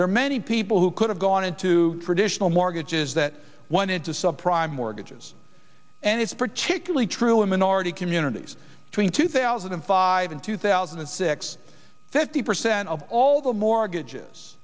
there are many people who could have gone into traditional mortgages that wanted to subprime mortgages and it's particularly true in minority communities between two thousand and five and two thousand and six fifty percent of all the mortgages